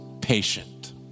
patient